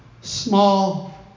small